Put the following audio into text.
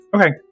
okay